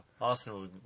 Arsenal